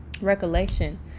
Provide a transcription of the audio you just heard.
recollection